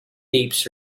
tapes